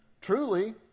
truly